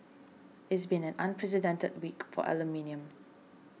it's been an unprecedented week for aluminium